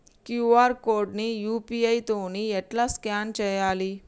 QR code ని U P I తోని ఎట్లా స్కాన్ చేయాలి?